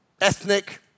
Ethnic